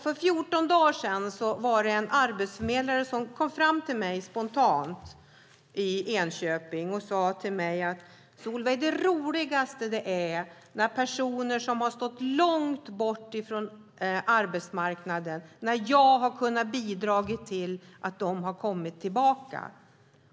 För fjorton dagar sedan kom en arbetsförmedlare spontant fram till mig i Enköping. Den personen sade till mig: Solveig, det roligaste är när jag har kunnat bidra till att personer som har stått långt från arbetsmarknaden har kommit tillbaka.